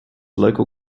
local